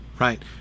right